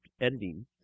editing